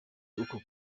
uko